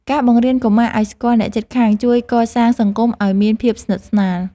ការបង្រៀនកុមារឲ្យស្គាល់អ្នកជិតខាងជួយកសាងសង្គមឲ្យមានភាពស្និទ្ធស្នាល។